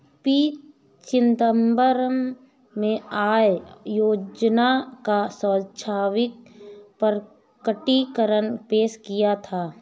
P Chidambaram ने आय योजना का स्वैच्छिक प्रकटीकरण पेश किया था